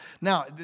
Now